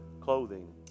clothing